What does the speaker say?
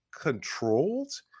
controlled